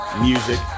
music